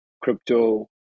crypto